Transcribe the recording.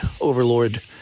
overlord